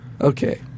Okay